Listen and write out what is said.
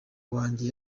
wanjye